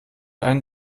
einen